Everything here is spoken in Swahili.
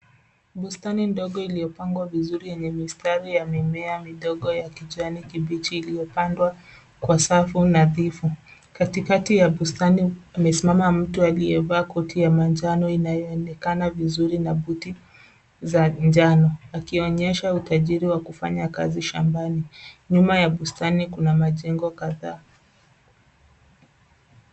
Bustani ndogo iliyopangwa vizuri, yenye mistari ya mimea midogo ya kijani kibichi, iliyopandwa kwa safu nadhifu. Katikati ya bustani, amesimama mtu aliyevaa koti ya manjano inayoonekana vizuri na buti za vijani. Akionyesha utajiri wa kufanyakazi shambani. Nyuma ya bustani kuna majengo kadhaa.